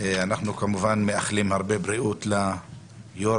אנחנו כמובן מאחלים הרבה בריאות ליו"ר